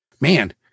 man